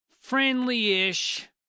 friendly-ish